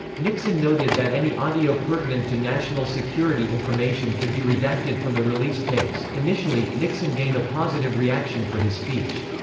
nixon noted that any audio pertinent to national security information could be redacted from the released tapes initially, nixon gained a positive reaction for his speech.